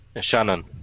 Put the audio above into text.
Shannon